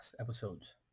episodes